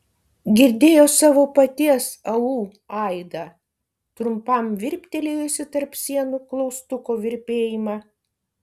girdėjo savo paties au aidą trumpam virptelėjusį tarp sienų klaustuko virpėjimą